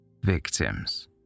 victims